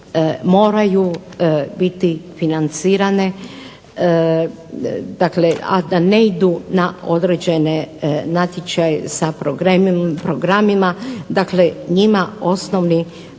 moraju biti financirane, dakle a da ne idu određeni natječaj sa programima. Dakle, njima osnovni hladni